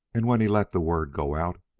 and when he let the word go out,